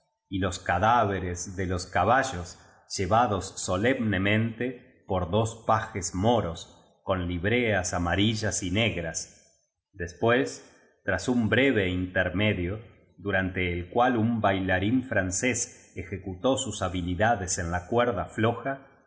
y los cadáveres de los caballos llevados solemnemente por dos pajes moros con libreas amarillas y negras después tras un breve intermedio durante el cual un bailarín francés ejecutó sus habilidades en la cuerda floja